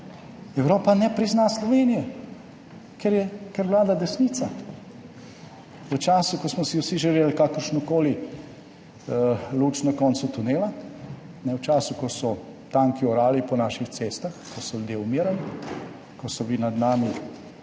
Evropa ne prizna Slovenije, ker vlada desnica. V času, ko smo si vsi želeli kakršnokoli luč na koncu tunela, v času, ko so tanki orali po naših cestah, ko so ljudje umirali, ko so bili med nami